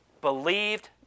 believed